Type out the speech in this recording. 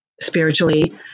spiritually